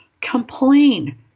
complain